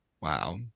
wow